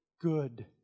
good